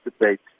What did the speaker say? debate